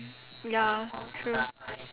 ya true